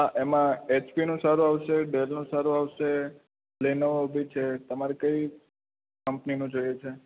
હા એમાં એચપીનું સારું આવશે ડેલનું સારું આવશે લીનોવોબી છે તમારે કઈ કંપનીનું જોઈએ છે